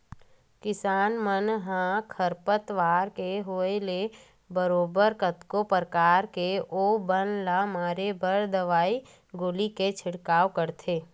किसान मन ह खरपतवार के होय ले बरोबर कतको परकार ले ओ बन ल मारे बर दवई गोली के छिड़काव करथे